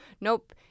Nope